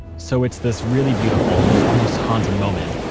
so it's this really beautiful and almost haunting moment